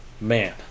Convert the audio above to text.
Man